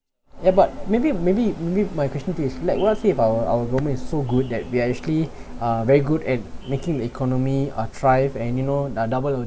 ya but maybe maybe maybe my question to his like what say about our government is so good that we are actually uh very good at making the economy uh thrive and you know double